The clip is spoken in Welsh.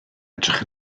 edrych